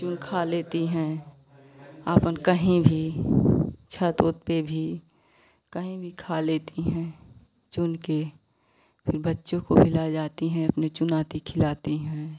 चुन खा लेती हैं आपन कहीं भी छत ओत पे भी कहीं भी खा लेती हैं चुन के फिर बच्चों को भी ले जाती हैं अपने चुनाती खिलाती हैं